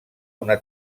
una